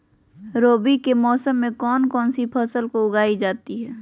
रवि के मौसम में कौन कौन सी फसल को उगाई जाता है?